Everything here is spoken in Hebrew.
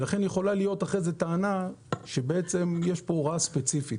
לכן יכולה להיות אחר כך טענה שיש כאן הוראה ספציפית.